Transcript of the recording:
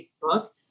book